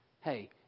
Hey